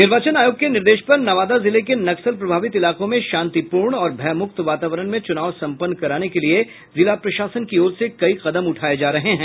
निर्वाचन आयोग के निर्देश पर नवादा जिले के नक्सल प्रभावित इलाकों में शांतिप्रर्ण और भयमुक्त वातावरण में चुनाव संपन्न कराने के लिए जिला प्रशासन की ओर से कई कदम उठाए जा रहे हैं